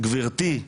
"גבירתי",